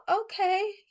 okay